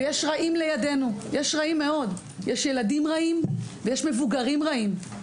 ויש רעים לידינו, יש ילדים רעים ויש מבוגרים רעים.